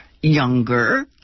younger